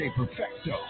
Perfecto